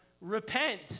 repent